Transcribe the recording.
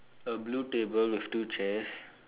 a blue table with two chairs